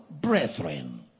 brethren